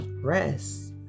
Rest